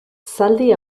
zaldi